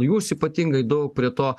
jūs ypatingai daug prie to